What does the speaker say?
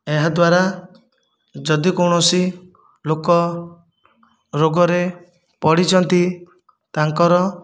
ଏହାଦ୍ଵାରା ଯଦି କୌଣସି ଲୋକ ରୋଗରେ ପଡ଼ିଛନ୍ତି ତାଙ୍କର